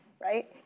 right